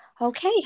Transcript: Okay